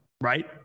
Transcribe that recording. right